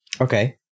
Okay